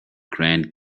grand